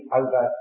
over